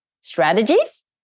strategies